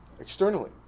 externally